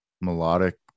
melodic